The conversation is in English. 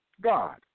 God